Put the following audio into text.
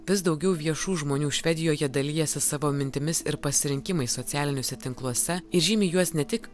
vis daugiau viešų žmonių švedijoje dalijasi savo mintimis ir pasirinkimais socialiniuose tinkluose ir žymi juos ne tik